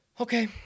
Okay